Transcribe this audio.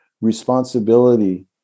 responsibility